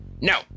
No